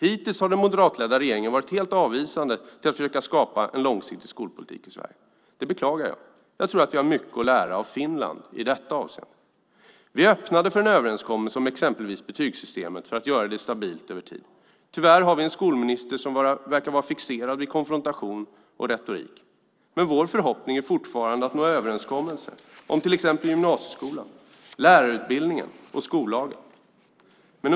Hittills har den moderatledda regeringen varit helt avvisande till att försöka skapa en långsiktig skolpolitik i Sverige. Det beklagar jag. Jag tror att vi har mycket att lära av Finland i detta avseende. Vi öppnade för en överenskommelse exempelvis om betygssystemet för att göra detta stabilt över tid. Tyvärr har vi en skolminister som verkar vara fixerad vid konfrontation och retorik. Men vår förhoppning är fortfarande att vi kan nå överenskommelser till exempel om gymnasieskolan, lärarutbildningen och skollagen.